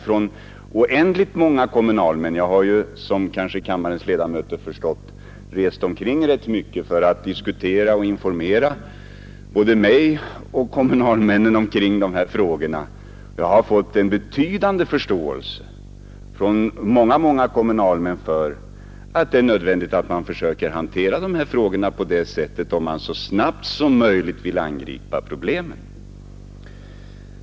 Från oändligt många kommunalmän — som kammarens ledamöter förstått har jag rest omkring mycket för att diskutera och informera både mig och kommunalmännen i dessa frågor — har jag mött en betydande förståelse. Många kommunalmän har framhållit att det är nödvändigt, att man försöker hantera dessa frågor på detta sätt, om man så snabbt som möjligt vill angripa problemen.